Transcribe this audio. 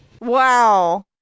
Wow